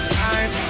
time